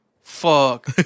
fuck